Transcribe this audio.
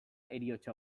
heriotza